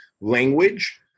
language